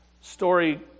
story